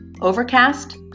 Overcast